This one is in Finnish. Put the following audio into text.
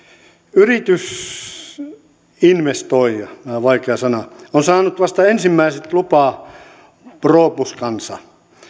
yritysinvestoija on saanut vasta ensimmäiset lupapropuskansa